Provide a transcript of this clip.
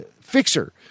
Fixer